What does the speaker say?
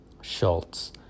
Schultz